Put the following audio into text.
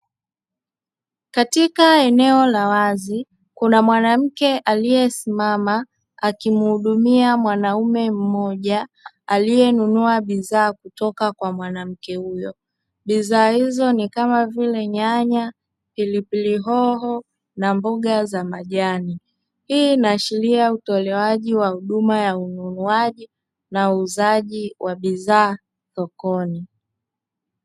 Katika eneo la wazi kuna mwanamke aliyesimama akimuhudumia mwanaume mmoja, aliyenunua bidhaa kutoka kwa mwanamke huyo. Bidhaa hizo ni kama vile nyanya, pilipili, hoho na mboga za majani. Hii inaashiria utolewaji wa huduma ya ununuaji na uuzaji wa bidhaa zilizo sokoni.